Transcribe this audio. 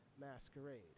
masquerade